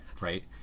right